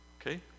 Okay